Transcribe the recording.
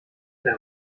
der